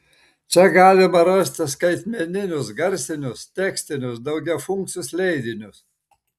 čia galima rasti skaitmeninius garsinius tekstinius daugiafunkcius leidinius